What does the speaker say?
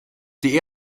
die